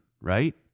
right